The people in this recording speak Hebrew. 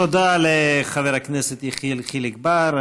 תודה לחבר הכנסת יחיאל חיליק בר.